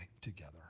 together